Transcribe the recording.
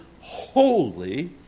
holy